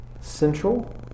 central